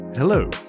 Hello